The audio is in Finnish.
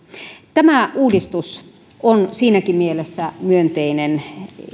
tämä uudistus on siinäkin mielessä myönteinen